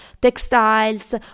textiles